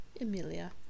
Emilia